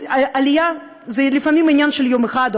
עלייה זה לפעמים עניין של יום אחד או